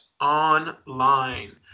Online